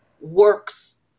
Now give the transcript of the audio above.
works